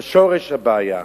בשורש הבעיה,